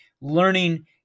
learning